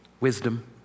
wisdom